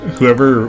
Whoever